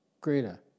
Greta